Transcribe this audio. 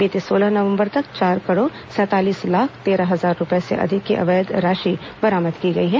बीते सोलह नवंबर तक चार करोड़ सैंतालीस लाख तेरह हजार रूपए से अधिक की अवैध राशि बरामद की गई है